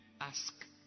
ask